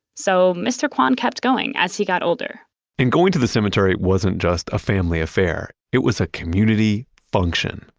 so mr. kwan kept going as he got older and going to the cemetery wasn't just a family affair, it was a community function.